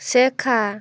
শেখা